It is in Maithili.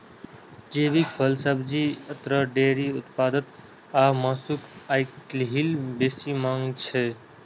जैविक फल, सब्जी, अन्न, डेयरी उत्पाद आ मासुक आइकाल्हि बेसी मांग छै